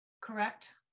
correct